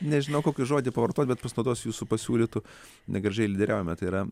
nežinau kokį žodį pavartot bet pasinaudosiu jūsų pasiūlytu negražiai lyderiaujame tai yra